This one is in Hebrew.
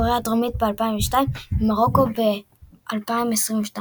קוריאה הדרומית ב-2002 ומרוקו ב-2022.